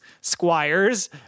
squires